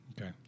Okay